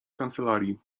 kancelarii